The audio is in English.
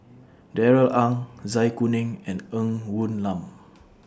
Darrell Ang Zai Kuning and Ng Woon Lam